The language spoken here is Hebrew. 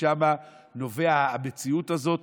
ומשם נובעת המציאות הזאת